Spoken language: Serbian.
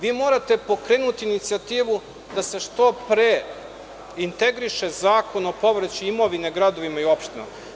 Vi morate pokrenuti inicijativu da se što pre integriše Zakon o povraćaju imovine gradovima i opštinama.